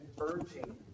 urging